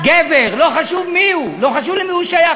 גבר, לא חשוב מי הוא, לא חשוב למי הוא שייך.